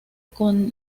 con